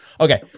Okay